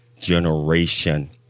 generation